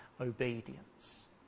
obedience